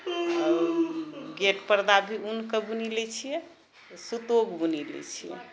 gate पर्दा भी ऊनके बुनी लै छियै सुतोके बुनी लै छियै